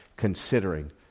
considering